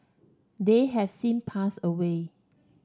they have sin pass away